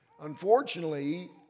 unfortunately